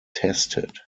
tested